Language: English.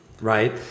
Right